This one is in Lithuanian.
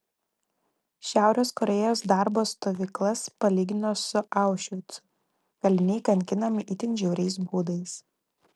šiaurės korėjos darbo stovyklas palygino su aušvicu kaliniai kankinami itin žiauriais būdais